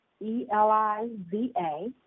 E-L-I-Z-A